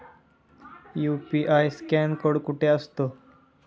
UPI scan code कुठे असतो?